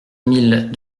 mille